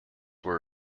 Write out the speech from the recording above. were